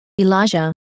Elijah